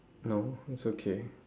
no it's okay